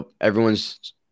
everyone's